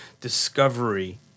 discovery